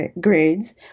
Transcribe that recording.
grades